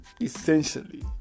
essentially